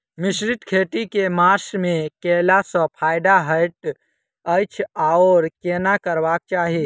मिश्रित खेती केँ मास मे कैला सँ फायदा हएत अछि आओर केना करबाक चाहि?